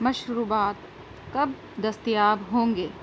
مشروبات کب دستیاب ہوں گے